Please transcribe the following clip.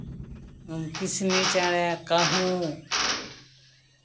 ᱠᱤᱥᱱᱤ ᱪᱮᱬᱮ ᱠᱟᱸᱦᱩ